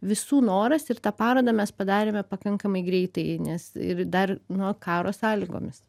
visų noras ir tą parodą mes padarėme pakankamai greitai nes ir dar nu karo sąlygomis